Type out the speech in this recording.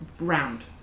round